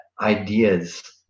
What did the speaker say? ideas